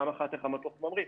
פעם אחת איך המטוס ממריא,